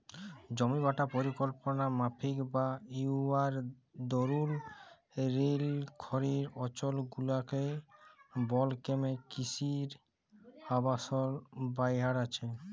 জমিবাঁটা পরিকল্পলা মাফিক লা হউয়ার দরুল লিরখ্খিয় অলচলগুলারলে বল ক্যমে কিসি অ আবাসল বাইড়হেছে